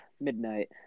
midnight